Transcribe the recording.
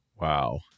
Wow